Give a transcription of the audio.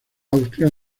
austria